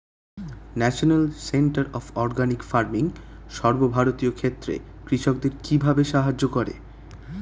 National centre of organic farming সর্বভারতীয় ক্ষেত্রে কৃষকদের কিভাবে সাহায্য করে?